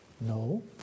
No